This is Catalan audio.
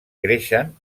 creixen